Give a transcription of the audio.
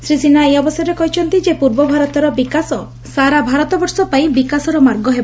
ଶ୍ରୀ ସିହ୍ନା ଏହି ଅବସରରେ କହିଛନ୍ତି ଯେ ପୂର୍ବ ଭାରତର ବିକାଶ ସାରା ଭାରତବର୍ଷପାଇଁ ବିକାଶର ମାର୍ଗ ହେବ